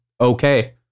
okay